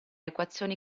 equazioni